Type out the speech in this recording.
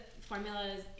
formulas